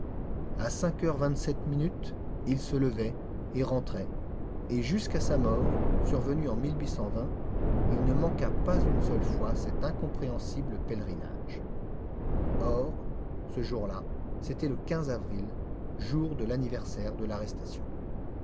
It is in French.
à cinq heures vingt-sept minutes il se levait et rentrait et jusqu'à sa mort survenue en il ne manqua pas une seule fois cet incompréhensible pèlerinage or ce jour-là c'était le avril jour de l'anniversaire de l'arrestation